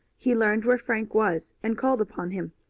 he learned where frank was and called upon him.